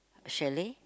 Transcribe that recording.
chalet